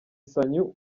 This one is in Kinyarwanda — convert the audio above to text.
sanyu